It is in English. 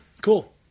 Cool